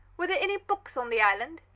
were there any books on the island?